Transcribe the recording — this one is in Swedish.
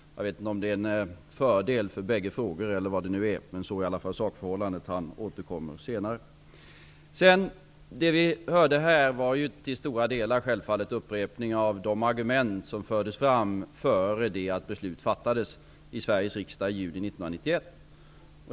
Jag vet inte om det är en fördel för båda frågorna, men så är i alla fall sakförhållandet. Det vi har hört här är till stora delar upprepningar av de argument som fördes fram innan beslut fattades i Sveriges riksdag i juni 1991.